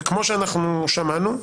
וכמו שאנחנו שמענו,